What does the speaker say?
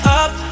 up